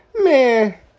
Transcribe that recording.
Man